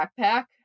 backpack